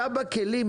אתה בכלים,